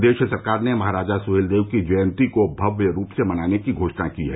प्रदेश सरकार ने महाराजा सुहेलदेव की जयंती को भव्य रूप से मनाने की घोषणा की है